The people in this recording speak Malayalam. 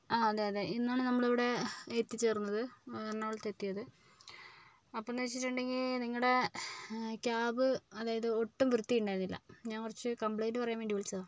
ആ അതെ അതെ ഇന്നാണ് നമ്മളിവിടെ എത്തിച്ചേർന്നത് എറണാകുളത്ത് എത്തിയത് അപ്പോഴെന്ന് വെച്ചിട്ടുണ്ടെങ്കിൽ നിങ്ങളുടെ ക്യാബ് അതായത് ഒട്ടും വൃത്തി ഉണ്ടായിരുന്നില്ല ഞാൻ കുറച്ച് കംപ്ലയിൻറ് പറയാൻ വേണ്ടി വിളിച്ചതാണ്